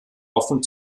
offen